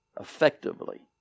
effectively